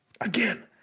again